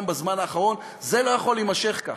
בזמן האחרון: זה לא יכול להימשך כך,